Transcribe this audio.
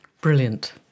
Brilliant